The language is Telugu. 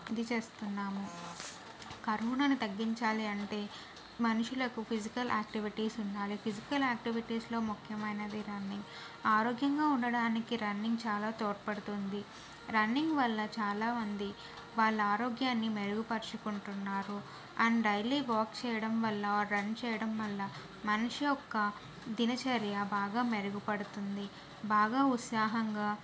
ఇది చేస్తున్నాము కరోనాని తగ్గించాలి అంటే మనుషులకు ఫిజికల్ ఆక్టివిటీస్ ఉండాలి ఫిజికల్ ఆక్టివిటీస్లో ముఖ్యమైనది రన్నింగ్ ఆరోగ్యంగా ఉండడానికి రన్నింగ్ చాలా తోడ్పడుతుంది రన్నింగ్ వల్ల చాలా మంది వాళ్ల ఆరోగ్యాన్ని మెరుగుపరుచుకుంటున్నారు అండ్ డైలీ వాక్ చేయడం వల్ల రన్ చేయడం వల్ల మనిషి యొక్క దినచర్య బాగా మెరుగుపడుతుంది బాగా ఉత్సాహంగా